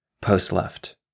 Post-Left